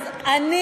אז אני